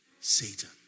Satan